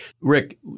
Rick